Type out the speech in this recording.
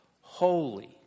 holy